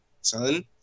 son